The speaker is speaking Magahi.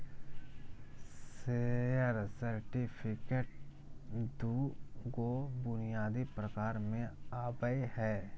शेयर सर्टिफिकेट दू गो बुनियादी प्रकार में आवय हइ